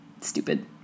stupid